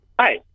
Hi